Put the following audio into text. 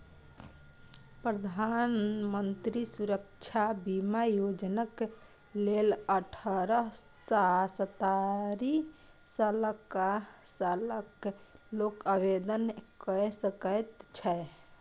प्रधानमंत्री सुरक्षा बीमा योजनाक लेल अठारह सँ सत्तरि सालक लोक आवेदन कए सकैत छै